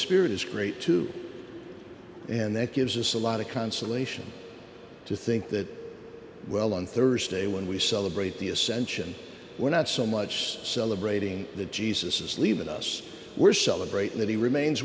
spirit is great too and that gives us a lot of consolation to think that well on thursday when we celebrate the ascension we're not so much celebrating that jesus is leaving us we're celebrating that he remains